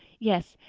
yes,